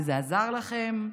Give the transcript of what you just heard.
וזה עזר לכם,